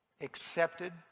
Accepted